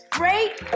great